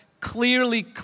Clearly